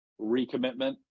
recommitment